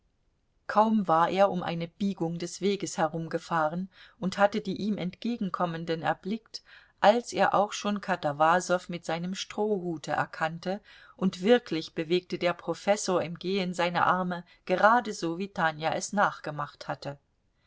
kaum war er um eine biegung des weges herumgefahren und hatte die ihm entgegenkommenden erblickt als er auch schon katawasow mit seinem strohhute erkannte und wirklich bewegte der professor im gehen seine arme geradeso wie tanja es nachgemacht hatte